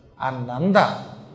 Ananda